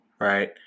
right